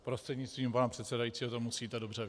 Prostřednictvím pana předsedajícího, to musíte dobře vědět.